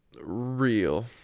Real